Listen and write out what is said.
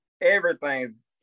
Everything's